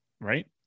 right